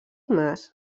mas